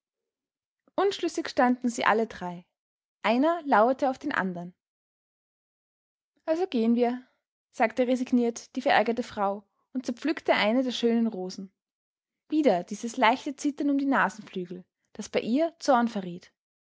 unschlüssig standen sie alle drei einer lauerte auf den andern also gehen wir sagte resigniert die verärgerte frau und zerpflückte eine der schönen rosen wieder dieses leichte zittern um die nasenflügel das bei ihr zorn verriet